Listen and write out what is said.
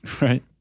Right